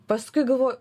paskui galvoju